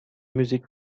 music